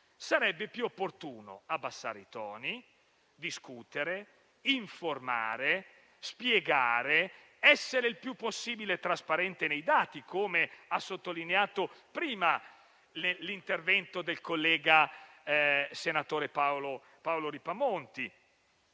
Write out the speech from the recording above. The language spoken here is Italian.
sarebbe più opportuno abbassare i toni, discutere, informare, spiegare, essere il più possibile trasparenti nei dati, come ha sottolineato prima nel suo intervento il senatore Ripamonti,